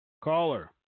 Caller